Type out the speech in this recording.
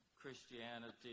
Christianity